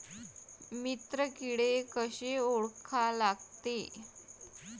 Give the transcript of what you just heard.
मित्र किडे कशे ओळखा लागते?